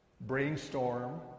Brainstorm